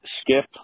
Skip